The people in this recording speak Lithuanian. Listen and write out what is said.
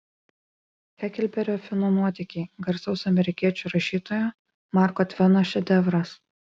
heklberio fino nuotykiai garsaus amerikiečių rašytojo marko tveno šedevras